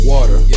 Water